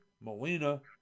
Molina